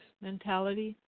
mentality